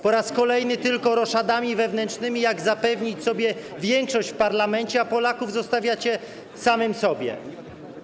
Po raz kolejny tylko roszadami wewnętrznymi, tym, jak zapewnić sobie większość w parlamencie, a Polaków zostawiacie samym sobie.